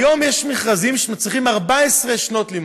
היום יש מכרזים שמצריכים 14 שנות לימוד,